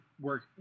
work